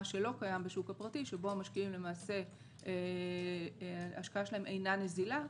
מה שלא קיים בשוק הפרטי שבו למעשה ההשקעה של המשקיעים אינה נזילה,